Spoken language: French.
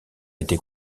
été